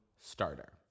starter